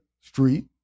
street